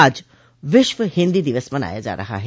आज विश्व हिंदी दिवस मनाया जा रहा है